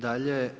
Dalje.